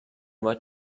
what